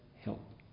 help